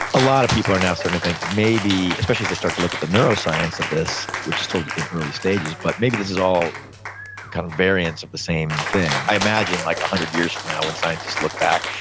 a lot of people are now starting to think maybe, especially as they start to look at the neuroscience of this, which is still in early stages, but maybe this is all kind of variants of the same thing. i imagine, one like hundred years from now, when scientists look back,